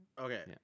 Okay